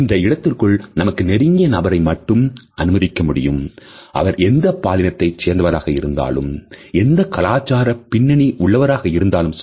இந்த இடத்திற்குள் நமக்கு நெருங்கிய நபரை மட்டும் அனுமதிக்க முடியும் அவர் எந்த பாலினத்தை சேர்ந்தவராக இருந்தாலும் எந்த கலாச்சார பின்னணி உள்ளவராக இருந்தாலும் சரி